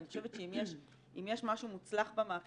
ואני חושבת שאם יש משהו מוצלח במהפכה